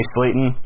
Slayton